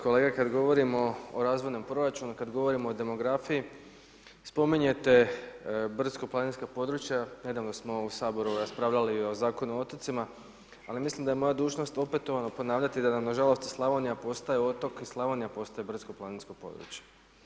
Kolega, kada govorimo o razvojnom proračunu, kada govoromo o demografiji, spominjete brdsko planinska područja, nedavno smo u Saboru raspravljali o Zakon o otocima, ali mislim da je možda dužnost opetovano ponavljati, da nam nažalost i Slavonija postaje otok i Slavonija postaje brdsko planinsko područje.